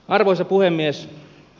arvoisa puhemies